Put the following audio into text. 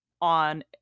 on